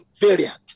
variant